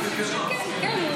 כן,